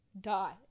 Die